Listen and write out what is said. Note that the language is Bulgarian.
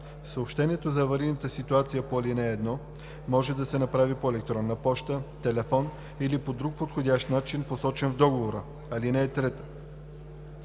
Съобщението за аварийната ситуация по ал. 1 може да се направи по електронна поща, телефон или по друг подходящ начин, посочен в договора. (3)